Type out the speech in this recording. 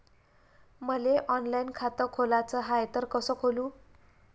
मले ऑनलाईन खातं खोलाचं हाय तर कस खोलू?